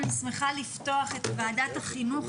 אני שמחה לפתוח את ועדת החינוך,